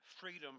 freedom